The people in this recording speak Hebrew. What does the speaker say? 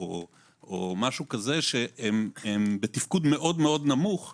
שהם בתפקוד נמוך מאוד,